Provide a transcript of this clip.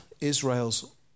Israel's